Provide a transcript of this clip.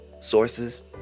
sources